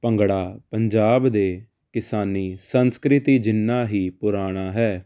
ਭੰਗੜਾ ਪੰਜਾਬ ਦੇ ਕਿਸਾਨੀ ਸੰਸਕ੍ਰਿਤੀ ਜਿੰਨਾ ਹੀ ਪੁਰਾਣਾ ਹੈ